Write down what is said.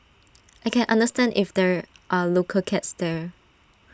I can understand if there are local cats there